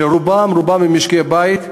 שרובן, רובן, ממשקי-בית,